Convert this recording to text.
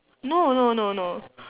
no no no no